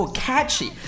catchy